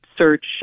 Search